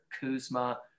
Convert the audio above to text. Kuzma